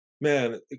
Man